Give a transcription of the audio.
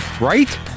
Right